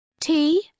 Tea